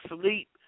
sleep